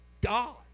God